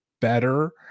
better